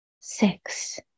six